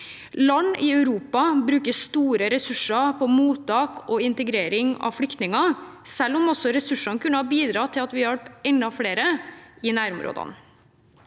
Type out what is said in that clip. Land i Europa bruker store ressurser på mottak og integrering av flyktninger, selv om ressursene kunne ha bidratt til at vi hjalp enda flere i nærområdene.